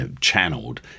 channeled